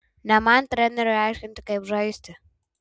ne man treneriui aiškinti kaip žaisti